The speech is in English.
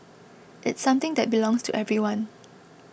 it's something that belongs to everyone